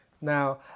Now